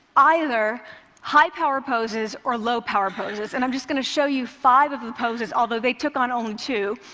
either high-power poses or low-power poses, and i'm just going to show you five of the poses, although they took on only two.